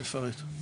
תפרט.